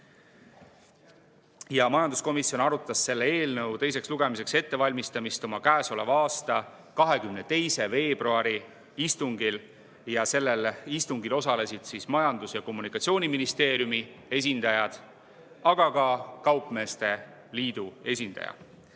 Majanduskomisjon arutas selle eelnõu teiseks lugemiseks ettevalmistamist käesoleva aasta 22. veebruari istungil. Sellel istungil osalesid Majandus‑ ja Kommunikatsiooniministeeriumi esindajad, aga ka kaupmeeste liidu esindaja.